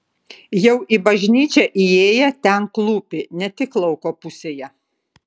jau į bažnyčią įėję ten klūpi ne tik lauko pusėje